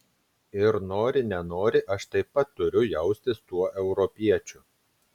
ir nori nenori aš taip pat turiu jaustis tuo europiečiu